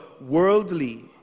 worldly